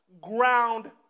ground